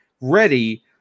ready